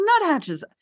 nuthatches